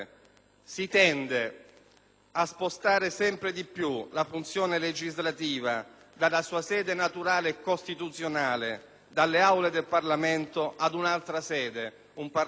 a spostare sempre più la funzione legislativa dalla sua sede naturale e costituzionale, dalle Aule del Parlamento, ad un'altra sede, un Parlamento ridotto a votificio.